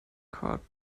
cart